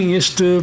este